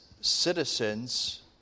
citizens